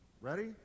Ready